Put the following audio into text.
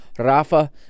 Rafa